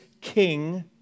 king